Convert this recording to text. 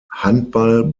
handball